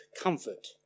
comfort